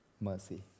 mercy